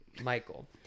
Michael